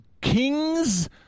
kings